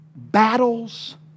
Battles